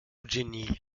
genie